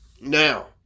Now